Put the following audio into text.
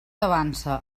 avança